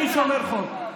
אני שומר חוק,